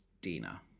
Dina